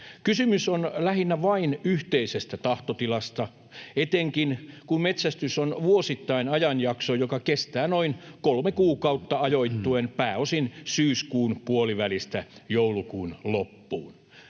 Kysymys on lähinnä vain yhteisestä tahtotilasta etenkin, kun metsästys on vuosittain ajanjakso, joka kestää noin kolme kuukautta ajoittuen pääosin syyskuun puolivälistä joulukuun loppuun.